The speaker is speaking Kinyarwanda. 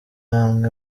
amwe